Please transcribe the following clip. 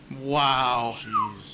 Wow